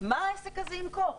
מה העסק הזה ימכור?